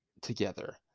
together